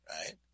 right